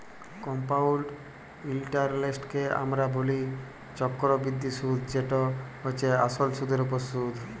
compound ইলটারেস্টকে আমরা ব্যলি চক্করবৃদ্ধি সুদ যেট হছে আসলে সুদের উপর সুদ